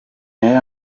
y’aya